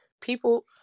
People